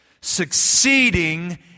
Succeeding